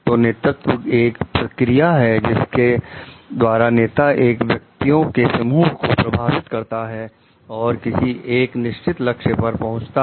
तो नेतृत्व एक प्रक्रिया है जिसके द्वारा नेता एक व्यक्तियों के समूह को प्रभावित करता है और किसी एक निश्चित लक्ष्य पर पहुंचता है